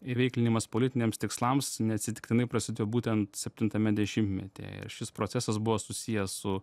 ir įveiklinimas politiniams tikslams neatsitiktinai prasidėjo būtent septintame dešimtmetyje ir šis procesas buvo susijęs su